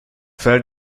fällt